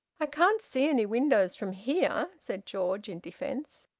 i can't see any windows from here, said george, in defence.